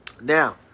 Now